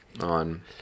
on